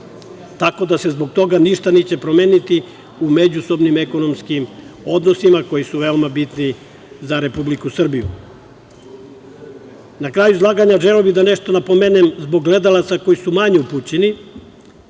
tako da se zbog toga ništa neće promeniti u međusobnim ekonomskim odnosima koji su veoma bitni za Republiku Srbiju. Na kraju izlaganja, želeo bih da nešto napomenem zbog gledalaca koji su manje upućeni